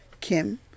Kim